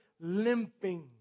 limping